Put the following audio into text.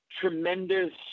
tremendous